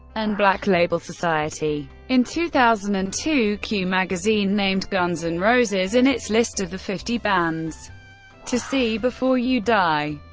and black label society. in two thousand and two, q magazine named guns n' and roses in its list of the fifty bands to see before you die.